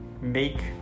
make